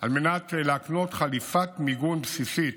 על מנת להקנות חליפת מיגון בסיסית,